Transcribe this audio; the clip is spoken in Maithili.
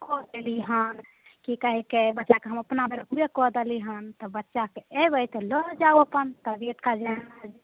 कऽ देली हन की कहै छै बच्चाके हम अपना भरि कऽ देली हन तऽ बच्चाकेँ एबै तऽ लऽ जाउ अपन तबियत खराब छै